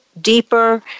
deeper